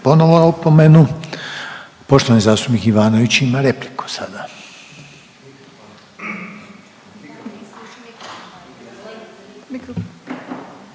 ponovo opomenu. Poštovani zastupnik Ivanović ima repliku sada.